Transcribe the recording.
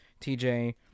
TJ